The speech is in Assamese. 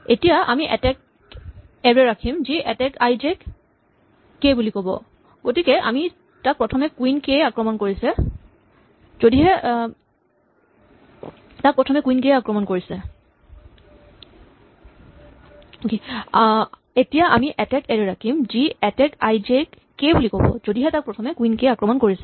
এতিয়া আমি এটেক এৰে ৰাখিম যি এটেক আই জে ক কে বুলি ক'ব যদিহে তাক প্ৰথমে কুইন কে এ আক্ৰমণ কৰিছে